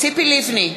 ציפי לבני,